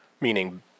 Meaning